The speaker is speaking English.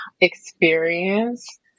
experience